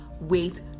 wait